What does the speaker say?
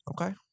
Okay